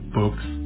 books